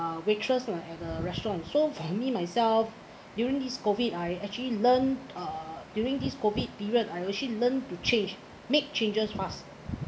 uh waitress restaurant for me myself during this COVID I actually learned uh during this COVID period I actually learn to change make changes fast